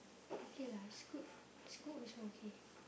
okay lah school school also okay